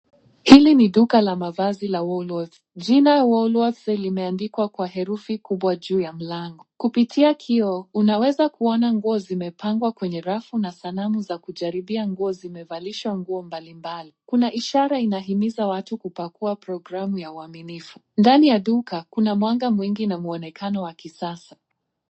Hili ni duka la mavazi la wool worths .Jina wool worths limeandikwa kwa herufi kubwa juu ya mlango. Kupitia kioo unaweza kuona ngou zimepangwa kwenye rafu na sanamu za kujaribia nguo zimevalishwa nguo mbalimbali. Kuna ishara inahimiza watu kupakua programu ya uaminifu. Ndani ya duka kuna mwanga mwingi na muonekano wa kisasaa